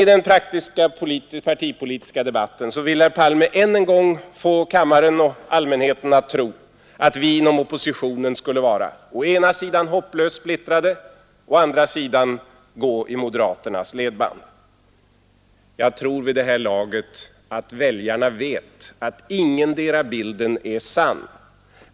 I den praktiska partipolitiska debatten ville herr Palme sedan än en gång få kammaren och allmänheten att tro att vi inom oppositionen å ena sidan skulle vara hopplöst splittrade, å andra sidan gå i moderaternas ledband. Jag tror vid detta laget att väljarna vet att ingendera bilden är sann.